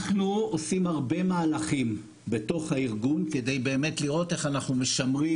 אנחנו עושים הרבה מהלכים בתוך הארגון כדי באמת לראות איך אנחנו משמרים